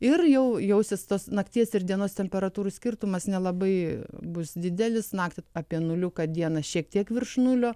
ir jau jausis tos nakties ir dienos temperatūrų skirtumas nelabai bus didelis naktį apie nulį kad dieną šiek tiek virš nulio